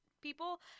people